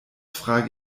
frage